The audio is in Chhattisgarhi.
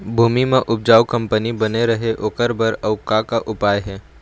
भूमि म उपजाऊ कंपनी बने रहे ओकर बर अउ का का उपाय हे?